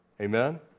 Amen